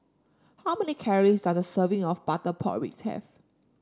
how many calories does a serving of Butter Pork Ribs have